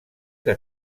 que